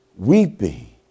Weeping